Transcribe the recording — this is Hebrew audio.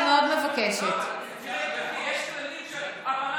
הם כבר סיכמו נהלים של הכנסה, נו, מה,